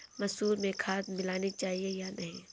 मसूर में खाद मिलनी चाहिए या नहीं?